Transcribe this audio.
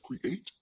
create